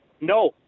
No